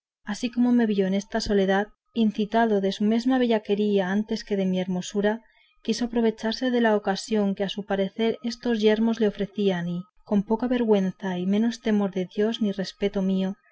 así como me vio en esta soledad incitado de su mesma bellaquería antes que de mi hermosura quiso aprovecharse de la ocasión que a su parecer estos yermos le ofrecían y con poca vergüenza y menos temor de dios ni respeto mío